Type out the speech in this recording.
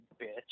bitch